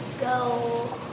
go